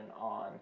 on